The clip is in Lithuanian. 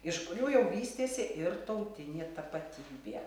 iš kurių jau vystėsi ir tautinė tapatybė